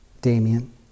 Damien